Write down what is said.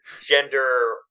gender